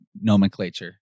nomenclature